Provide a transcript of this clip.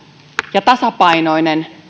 ja tasapainoinen